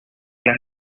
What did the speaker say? las